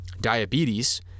diabetes